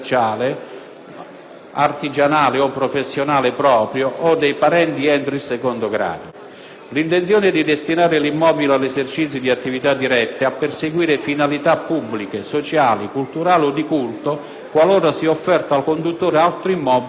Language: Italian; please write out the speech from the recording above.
l'intenzione di destinare l'immobile all'esercizio di attività dirette a perseguire finalità pubbliche, sociali, culturali o di culto, qualora sia offerto al conduttore altro immobile idoneo;